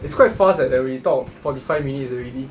it's quite fast eh that we talk forty five minutes already